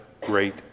great